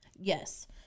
Yes